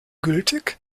gültig